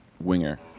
winger